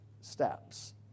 steps